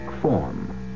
form